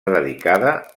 dedicada